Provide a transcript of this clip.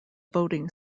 voting